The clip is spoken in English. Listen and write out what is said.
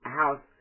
house